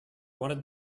wanted